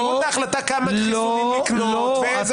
סבירות ההחלטה כמה חיסונים לקנות וכו',